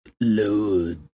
Load